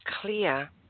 clear